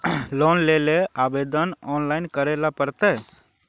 Loan लेले आवेदन online करे ले पड़ते?